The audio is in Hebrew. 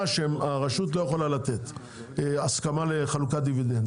שהרשות לא יכולה לתת הסכמה לחלוקת דיבידנד,